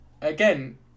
Again